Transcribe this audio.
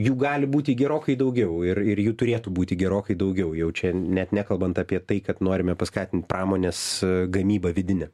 jų gali būti gerokai daugiau ir ir jų turėtų būti gerokai daugiau jau čia net nekalbant apie tai kad norime paskatint pramonės gamybą vidinę